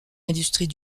l’industrie